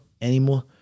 anymore